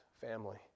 family